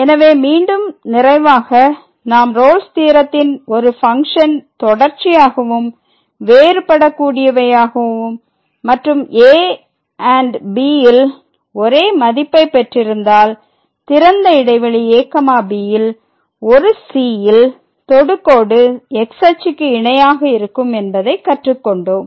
எனவே மீண்டும் நிறைவாக நாம் ரோல்ஸ் தியரத்தில் ஒரு பங்க்ஷன் தொடர்ச்சியாகவும் வேறுபடக்கூடியவையாகவும் மற்றும் a b ல் ஒரே மதிப்பெண் பெற்றிருந்தால் திறந்த இடைவெளி abல் ஒரு cல் தொடுகோடு x அச்சுக்கு இணையாக இருக்கும் என்பதை கற்றுக் கொண்டோம்